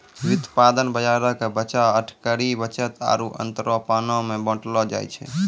व्युत्पादन बजारो के बचाव, अटकरी, बचत आरु अंतरपनो मे बांटलो जाय छै